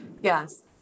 Yes